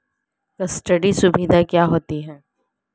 Custody सुविधा क्या होती है?